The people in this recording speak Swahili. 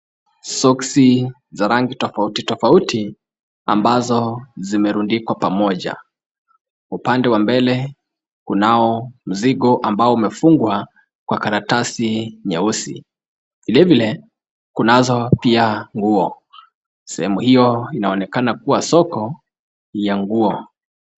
Soksi za rangi tofauti tofauti ambazo zimerundikwa pamoja. Upande wa mbele kunao mzigo ambao umefungwa kwa karatasi nyeusi. Vilevile, kunazo pia nguo. Sehemu hiyo inaonekana kuwa soko ya nguo.